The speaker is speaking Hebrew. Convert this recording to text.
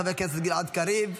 חבר הכנסת גלעד קריב,